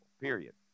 period